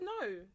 no